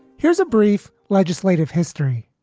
here's a brief legislative history.